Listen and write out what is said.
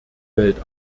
welt